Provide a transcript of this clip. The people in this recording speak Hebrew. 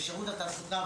בשירות התעסוקה,